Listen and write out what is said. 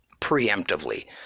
preemptively